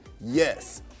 Yes